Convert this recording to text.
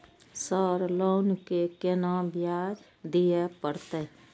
Sir loan के केना ब्याज दीये परतें?